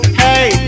hey